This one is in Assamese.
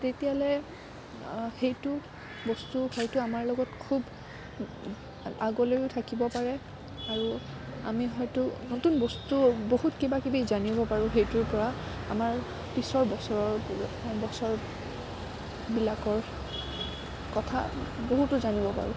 তেতিয়াহ'লে সেইটো বস্তু হয়তো আমাৰ লগত খুব আগলৈও থাকিব পাৰে আৰু আমি হয়তো নতুন বস্তু বহুত কিবাকিবি জানিব পাৰোঁ সেইটোৰপৰা আমাৰ পিছৰ বছৰৰ বছৰবিলাকৰ কথা বহুতো জানিব পাৰোঁ